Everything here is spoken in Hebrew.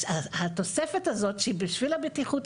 והתוספת הזאת היא בשביל הבטיחות,